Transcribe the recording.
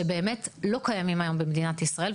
שבאמת לא קיימים היום במדינת ישראל.